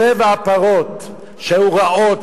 שבע הפרות שהיו רעות,